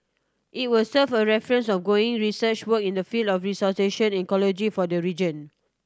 it will serve a reference ongoing research work in the field of restoration ecology for the region